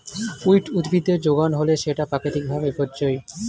weed উদ্ভিদের যোগান হলে সেটা প্রাকৃতিক ভাবে বিপর্যোজী